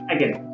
Again